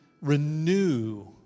renew